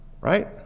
right